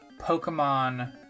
Pokemon